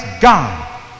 God